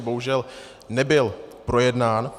Bohužel nebyl projednán.